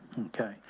okay